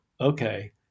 okay